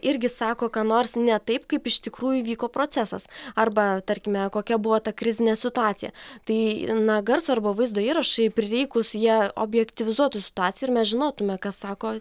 irgi sako ką nors ne taip kaip iš tikrųjų vyko procesas arba tarkime kokia buvo ta krizinė situacija tai na garso arba vaizdo įrašai prireikus jie objektyvizuotų situaciją ir mes žinotumėme kas sako